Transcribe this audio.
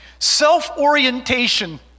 self-orientation